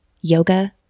yoga